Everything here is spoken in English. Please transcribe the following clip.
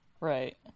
Right